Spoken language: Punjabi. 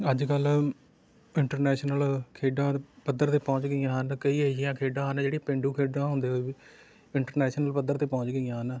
ਅੱਜ ਕੱਲ੍ਹ ਇੰਟਰਨੈਸ਼ਨਲ ਖੇਡਾਂ ਪੱਧਰ 'ਤੇ ਪਹੁੰਚ ਗਈਆਂ ਹਨ ਕਈ ਅਜਿਹੀਆਂ ਖੇਡਾਂ ਹਨ ਜਿਹੜੀਆਂ ਪੇਂਡੂ ਖੇਡਾਂ ਹੁੰਦੇ ਹੋਏ ਵੀ ਇੰਟਰਨੈਸ਼ਨਲ ਪੱਧਰ 'ਤੇ ਪਹੁੰਚ ਗਈਆਂ ਹਨ